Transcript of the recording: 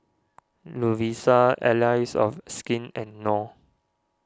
Lovisa Allies of Skin and Knorr